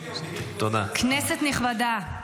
כנסת נכבדה,